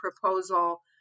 proposal